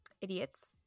idiots